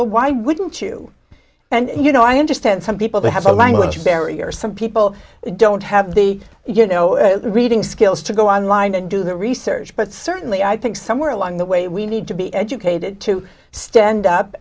well why wouldn't you and you know i understand some people they have a language barrier some people don't have the you know reading skills to go on line and do the research but certainly i think somewhere along the way we need to be educated to stand up